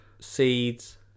seeds